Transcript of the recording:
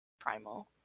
Primal